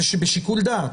זה בשיקול דעת.